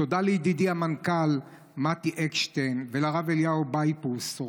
תודה לידידי המנכ"ל מתי אקשטיין ולרב אליהו בייפוס,